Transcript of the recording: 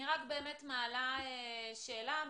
באמת, אני מעלה שאלה אמיתית,